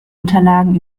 unterlagen